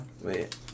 Wait